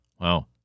Wow